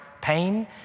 pain